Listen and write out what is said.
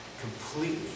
completely